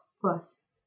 Plus